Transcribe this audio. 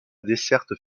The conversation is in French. desserte